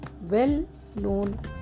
well-known